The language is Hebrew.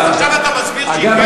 עכשיו אתה מסביר שהיא כן מדירה?